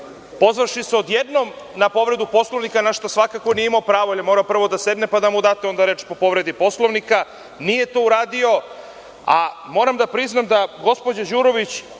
pozvavši se odjednom na povredu Poslovnika, na šta svakako nije imao pravo, jer je morao prvo da sedne, pa da mu date onda reč po povredi Poslovnika. Nije to uradio. Moram da priznam da gospođa Đurović